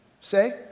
say